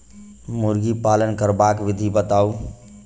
मुर्गी पालन करबाक विधि बताऊ?